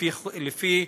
לפי